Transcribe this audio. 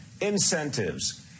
incentives